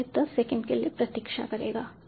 तो यह 10 सेकंड के लिए प्रतीक्षा करेगा